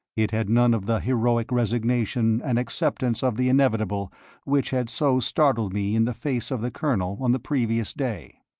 it had none of the heroic resignation and acceptance of the inevitable which had so startled me in the face of the colonel on the previous day.